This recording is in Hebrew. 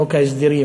חוק ההסדרים,